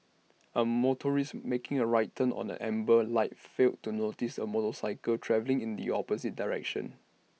A motorist making A right turn on an amber light failed to notice A motorcycle travelling in the opposite direction